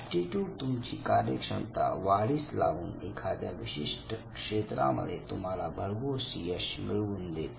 aptitude तुमची कार्यक्षमता वाढीस लावून एखाद्या विशिष्ट क्षेत्रांमध्ये तुम्हाला भरघोस यश मिळवून देते